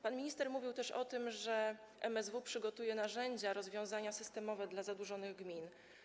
Pan minister mówił też o tym, że MSW przygotuje narzędzia, rozwiązania systemowe dla zadłużonych gmin.